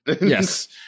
Yes